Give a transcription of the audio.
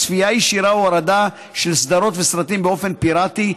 צפייה ישירה או הורדה של סדרות וסרטים באופן פיראטי,